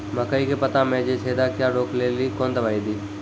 मकई के पता मे जे छेदा क्या रोक ले ली कौन दवाई दी?